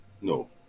No